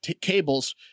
cables